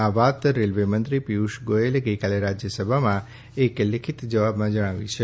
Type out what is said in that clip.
આ વાત રેલવેમંત્રી પિયુષ ગોથલે ગઈકાલે રાજ્યસભામાં એક લેખિત જવાબમાં જણાવી છે